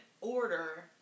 order